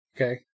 Okay